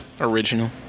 original